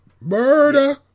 Murder